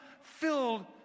filled